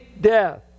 death